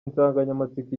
insanganyamatsiko